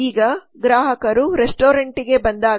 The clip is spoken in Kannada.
ಈಗ ಗ್ರಾಹಕರು ರೆಸ್ಟೋರೆಂಟ್ಗೆ ಬಂದಾಗ